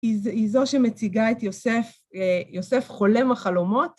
היא זו שמציגה את יוסף, יוסף חולם החלומות.